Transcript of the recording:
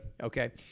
okay